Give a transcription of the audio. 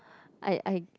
I I